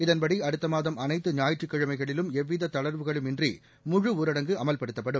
இதன்படி அடுத்த மாதம் அனைத்து ஞாயிற்றுக்கிழமைகளிலும் எவ்வித தளா்வுகளும் இன்றி முழு ஊரடங்கு அமல்படுத்தப்படும்